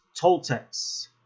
Toltecs